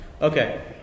Okay